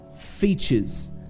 features